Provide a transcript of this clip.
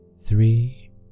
three